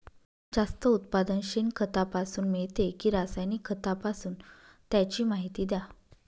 जास्त उत्पादन शेणखतापासून मिळते कि रासायनिक खतापासून? त्याची माहिती द्या